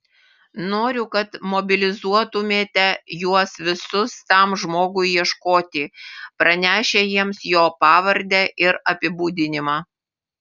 noriu kad mobilizuotumėte juos visus tam žmogui ieškoti pranešę jiems jo pavardę ir apibūdinimą